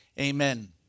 Amen